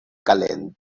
calent